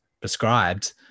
prescribed